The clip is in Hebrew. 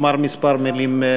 לומר דברים מספר מהדוכן.